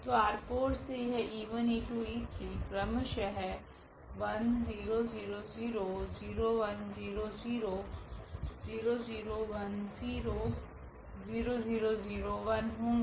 तो R4 से यह e1 e2 e3 e4 क्रमशः 1 0 0 0 0 1 0 0 0 0 1 0 0 0 0 1 होगे